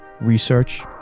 Research